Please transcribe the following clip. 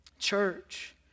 Church